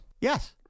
Yes